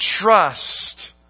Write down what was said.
trust